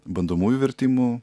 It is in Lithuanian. bandomųjų vertimų